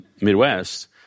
midwest